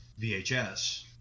VHS